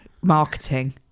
Marketing